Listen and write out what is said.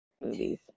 movies